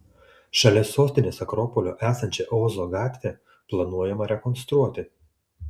šalia sostinės akropolio esančią ozo gatvę planuojama rekonstruoti